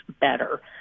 better